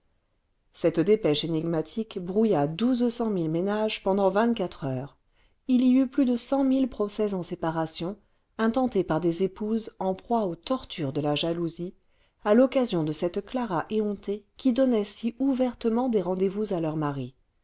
cette dépêche énigmatique brouilla douze cent mille ménages pendant vingt-quatre heures il y eut plus de cent mille procès en séparation intentés par des épouses en proie aux tortures de la jalousie à l'occasion de cette clara éhontée qui donnait si ouvertement des rendez-vous à leurs maris